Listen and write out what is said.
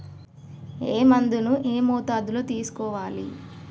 ఏ మందును ఏ మోతాదులో తీసుకోవాలి?